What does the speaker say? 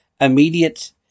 immediate